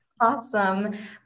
Awesome